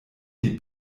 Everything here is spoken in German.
die